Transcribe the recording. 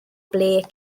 ble